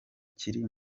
kiri